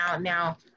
now